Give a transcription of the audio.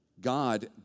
God